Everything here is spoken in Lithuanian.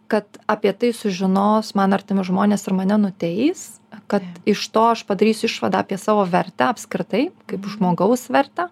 kad apie tai sužinos man artimi žmonės ir mane nuteis kad iš to aš padarysiu išvadą apie savo vertę apskritai kaip žmogaus vertę